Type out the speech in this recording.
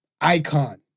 icon